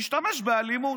משתמש באלימות.